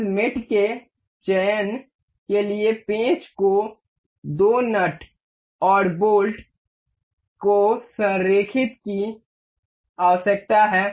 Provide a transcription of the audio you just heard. इस मेट के चयन के लिए पेंच को दो नट और बोल्ट को संरेखित करने की आवश्यकता है